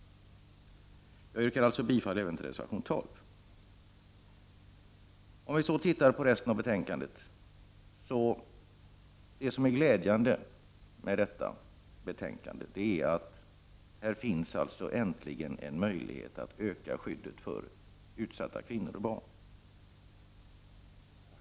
Jag yrkar alltså bifall även till reservation 12. Om vi så ser till resten av betänkandet, vill jag säga att det som är glädunde med detta betänkande är att här äntligen finns en möjlighet att öka ».å ”ddet för utsatta kvinnor och barn.